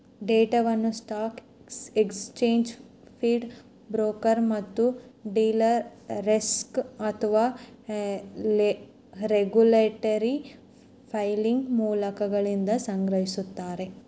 ಡೇಟಾವನ್ನು stock exchange feed broker ಮತ್ತು dealer desk ಅಥವಾ ರೆಗ್ಯುಲೇಟರಿ ಫೈಲಿಂಗ್ ಮೂಲಗಳಿಂದ ಸಂಗ್ರಹಿಸ್ತಾರ